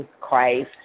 Christ